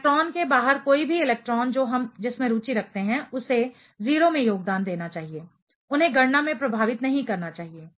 electron के बाहर कोई भी इलेक्ट्रान जो हम जिसमें रूचि रखते हैं उसे 0 में योगदान देना चाहिए उन्हें गणना में प्रभावित नहीं करना चाहिए